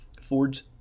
Ford's